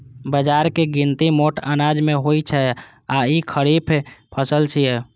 बाजराक गिनती मोट अनाज मे होइ छै आ ई खरीफ फसल छियै